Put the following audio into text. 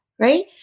Right